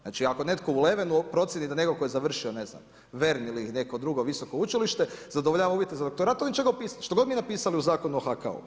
Znači ako netko u Levenu procjeni da netko tko je završio ne znam, Vern ili neko drugo visoko učilište zadovoljava uvjete za doktorat, oni će ga upisati, što god mi napisali u Zakonu o HKO-u.